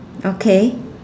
okay